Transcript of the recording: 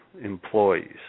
employees